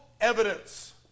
evidence